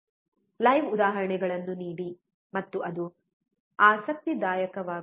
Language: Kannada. ಲೈವ್ ಉದಾಹರಣೆಗಳನ್ನು ನೀಡಿ ಮತ್ತು ಅದು ಆಸಕ್ತಿದಾಯಕವಾಗುತ್ತದೆ